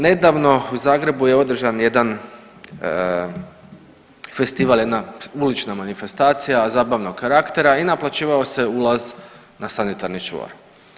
Nedavno u Zagrebu je održan jedan festival, jedna ulična manifestacija zabavnog karaktera i naplaćivao se ulaz na sanitarni čvor.